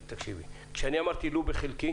כשאמרתי: לו בחלקי